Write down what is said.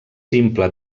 simple